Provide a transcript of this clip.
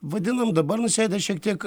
vadinam dabar nusėdęs šiek tiek